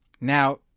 Now